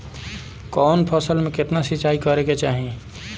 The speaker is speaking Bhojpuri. कवन फसल में केतना सिंचाई करेके चाही?